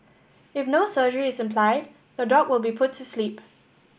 if no surgery is implied the dog will be put sleep